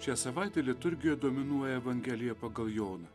šią savaitę liturgijoje dominuoja evangelija pagal joną